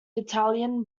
italian